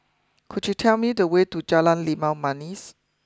could you tell me the way to Jalan Limau Manis